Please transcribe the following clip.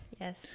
yes